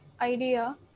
idea